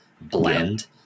blend